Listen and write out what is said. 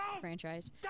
franchise